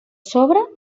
sobre